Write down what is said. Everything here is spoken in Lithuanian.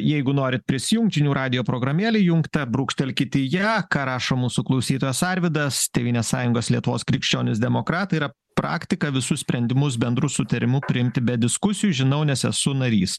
jeigu norit prisijungt žinių radijo programėlė įjungta brūkštelkite į ją ką rašo mūsų klausytojais arvydas tėvynės sąjungos lietuvos krikščionys demokratai yra praktika visus sprendimus bendru sutarimu priimti be diskusijų žinau nes esu narys